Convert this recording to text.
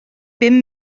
bum